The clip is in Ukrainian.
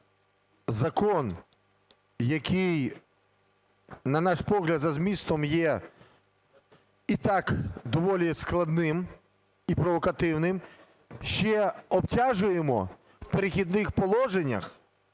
закон, який, на наш погляд, за змістом є і так доволі складним і провокативним, ще обтяжуємо в "Перехідних положеннях"